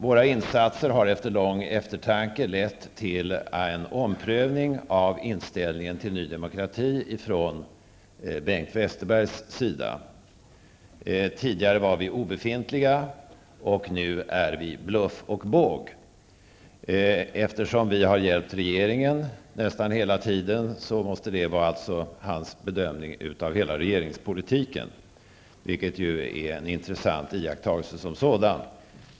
Våra insatser har, efter lång eftertanke, lett till en omprövning av inställningen till Ny Demokrati från Bengt Westerbergs sida. Tidigare var vi obefintliga, och nu är vi bluff och båg. Eftersom vi har hjälpt regeringen nästan hela tiden, måste det alltså vara Bengt Westerbergs bedömning av regeringspolitiken. Det är en intressant iakttagelse som sådan.